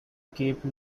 cape